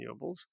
renewables